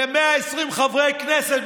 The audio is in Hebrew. ל-120 חברי הכנסת,